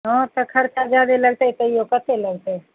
हँ तऽ खर्चा जादे लगते तैयो कतेक लगतै